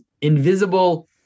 invisible